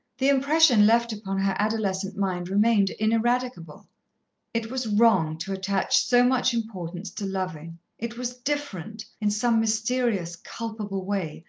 the impression left upon her adolescent mind remained ineradicable it was wrong to attach so much importance to loving it was different, in some mysterious, culpable way,